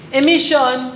emission